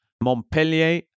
Montpellier